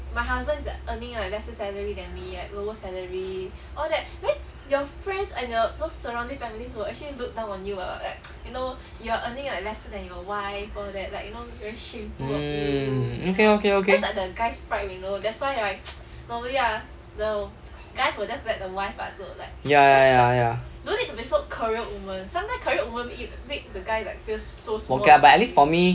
mm mm okay okay okay ya ya ya ya okay lah but at least for me